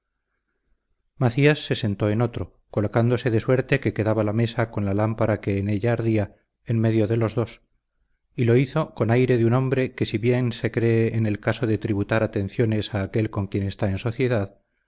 macías se sentó en otro colocándose de suerte que quedaba la mesa con la lámpara que en ella ardía en medio de los dos y lo hizo con el aire de un hombre que si bien se cree en el caso de tributar atenciones a aquel con quien está en sociedad